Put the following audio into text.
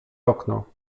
okno